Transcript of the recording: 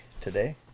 Today